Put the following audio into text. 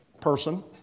person